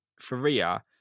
Faria